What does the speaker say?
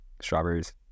strawberries